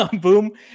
boom